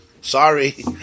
Sorry